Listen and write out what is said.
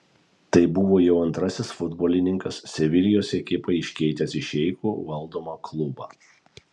tai buvo jau antrasis futbolininkas sevilijos ekipą iškeitęs į šeichų valdomą klubą